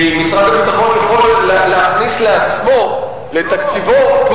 כי משרד הביטחון יכול להכניס לעצמו, לתקציבו, לא.